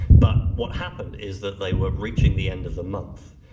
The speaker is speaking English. but what happened is that they were reaching the end of the month,